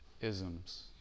isms